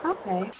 Okay